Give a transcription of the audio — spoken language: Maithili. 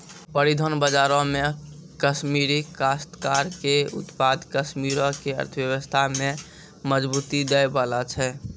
परिधान बजारो मे कश्मीरी काश्तकार के उत्पाद कश्मीरो के अर्थव्यवस्था में मजबूती दै बाला छै